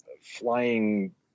flying